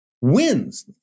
wins